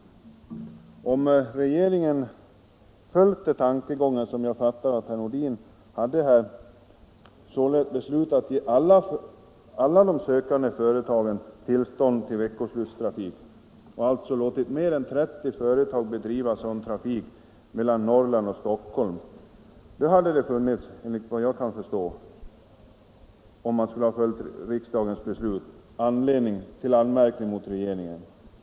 Om regeringen följt de tankegångar som herr Nordin hade och således beslutat att ge alla sökande tillstånd till veckoslutstrafik, dvs. låtit mer än 30 företag bedriva sådan trafik mellan Norrland och Stockholm, då hade det funnits anledning att — om riksdagens beslut skall följas — anmärka på regeringen.